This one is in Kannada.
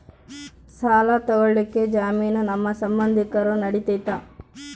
ಸಾಲ ತೊಗೋಳಕ್ಕೆ ಜಾಮೇನು ನಮ್ಮ ಸಂಬಂಧಿಕರು ನಡಿತೈತಿ?